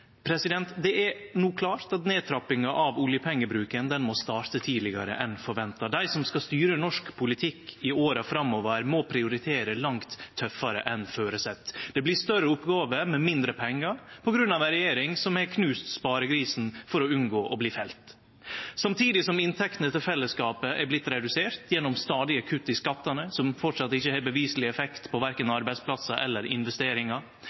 Det er no klart at nedtrappinga av oljepengebruken må starte tidlegare enn forventa. Dei som skal styre norsk politikk i åra framover, må prioritere langt tøffare enn føresett. Det blir større oppgåver med mindre pengar på grunn av ei regjering som har knust sparegrisen for å unngå å bli felt. Samtidig har inntektene til fellesskapet vorte reduserte gjennom stadige kutt i skattane, noko som framleis ikkje har beviseleg effekt på verken arbeidsplassar eller investeringar.